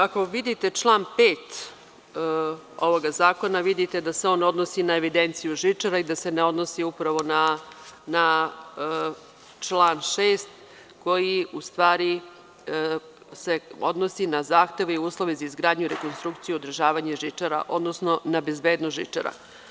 Ako vidite član 5. ovog zakona, vidite da se on odnosi na evidenciju žičara i da se ne odnosi upravo na član 6, koji u stvari se odnosi na zahteve i uslove za izgradnju i rekonstrukciju i održavanje žičara, odnosno na bezbednost žičara.